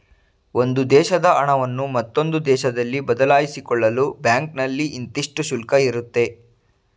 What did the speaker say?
ಒಂದು ದೇಶದ ಹಣವನ್ನು ಮತ್ತೊಂದು ದೇಶದಲ್ಲಿ ಬದಲಾಯಿಸಿಕೊಳ್ಳಲು ಬ್ಯಾಂಕ್ನಲ್ಲಿ ಇಂತಿಷ್ಟು ಶುಲ್ಕ ಇರುತ್ತೆ